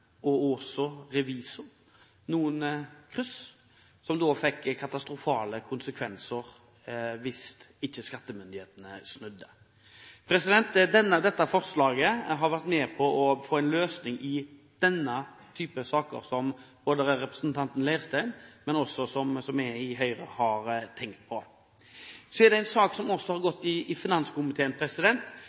og også revisor, noen kryss som hadde fått katastrofale konsekvenser hvis ikke skattemyndighetene hadde snudd. Dette forslaget har vært med på å få en løsning i denne typen saker, som både representanten Leirstein og vi i Høyre har tenkt på. Dette er også en sak som har gått i finanskomiteen, hvor den i